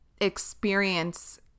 experience